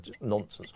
nonsense